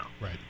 Right